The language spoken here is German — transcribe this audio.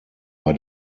bei